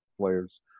players